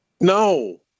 No